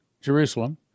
Jerusalem